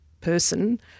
person